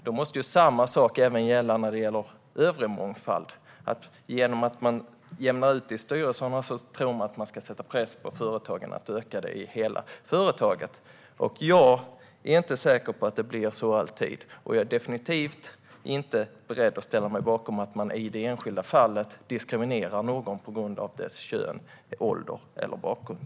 Då måste ju samma sak gälla även övrig mångfald - genom att jämna ut i styrelserna tror man att man ska sätta press på företagen att öka mångfalden i hela företaget. Jag är inte säker på att det alltid blir så. Jag är definitivt inte beredd att ställa mig bakom att man i det enskilda fallet diskriminerar någon på grund av dess kön, ålder eller bakgrund.